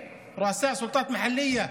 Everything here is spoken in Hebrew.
מה הם אמרו על מגמת ההתקדמות בשנה שעברה?